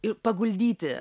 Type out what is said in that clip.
ir paguldyti